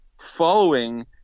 following